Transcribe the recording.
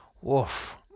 Woof